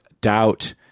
Doubt